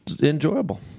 enjoyable